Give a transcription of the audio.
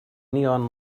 neon